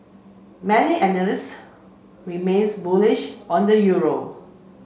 many analysts remain bullish on the euro